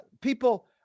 people